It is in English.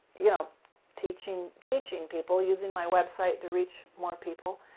you know teaching teaching people, using my website to reach more people.